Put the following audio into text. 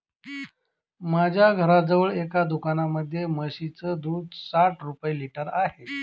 माझ्या घराजवळ एका दुकानामध्ये म्हशीचं दूध साठ रुपये लिटर आहे